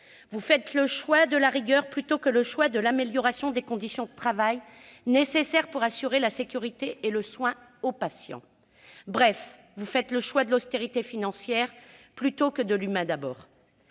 Vous faites le choix de la rigueur plutôt que celui de l'amélioration des conditions de travail, amélioration nécessaire pour assurer la sécurité et le soin des patients. Bref, vous faites le choix de l'austérité financière plutôt que celui de